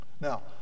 Now